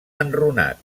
enrunat